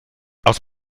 aus